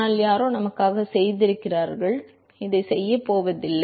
ஆனால் யாரோ நமக்காக இதைச் செய்திருக்கிறார்கள் இதைச் செய்யப் போவதில்லை